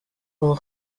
will